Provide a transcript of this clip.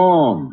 on